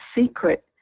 secret